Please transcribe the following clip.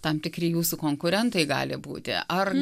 tam tikri jūsų konkurentai gali būti ar